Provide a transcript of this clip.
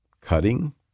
cutting